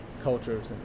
cultures